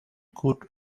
could